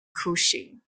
cushing